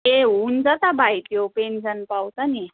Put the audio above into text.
ए हुन्छ त भाइ त्यो पेन्सन पाउँछ नि